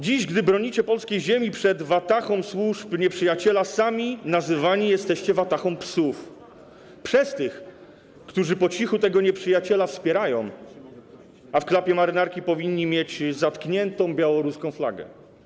Dziś, gdy bronicie polskiej ziemi przed watahą służb nieprzyjaciela, sami nazywani jesteście watahą psów przez tych, którzy po cichu tego nieprzyjaciela wspierają, a w klapie marynarki powinni mieć zatkniętą białoruską flagę.